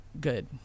good